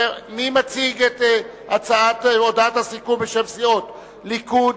מי מציג את הודעת הסיכום בשם הסיעות הליכוד,